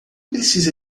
precisa